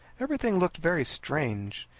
everything looked very strange.